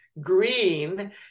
Green